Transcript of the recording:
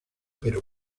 pero